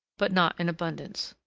but not in abundance.